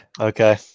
Okay